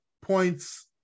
points